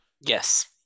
yes